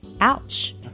Ouch